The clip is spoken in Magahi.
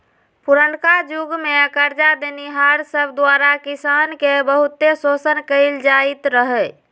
पुरनका जुग में करजा देनिहार सब द्वारा किसान के बहुते शोषण कएल जाइत रहै